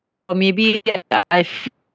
or maybe that I've